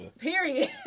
Period